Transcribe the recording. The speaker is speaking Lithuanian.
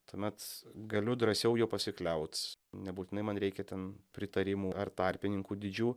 tuomet galiu drąsiau juo pasikliaut nebūtinai man reikia ten pritarimų ar tarpininkų didžių